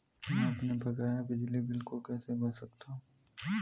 मैं अपने बकाया बिजली बिल को कैसे भर सकता हूँ?